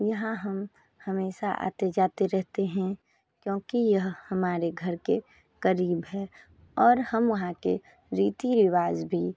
यहाँ हम हमेशा आते जाते रेहते हैं क्योंकि यह हमारे घर के क़रीब हैं और हम वहाँ के रीति रिवाज भी